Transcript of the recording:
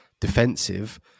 defensive